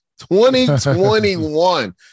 2021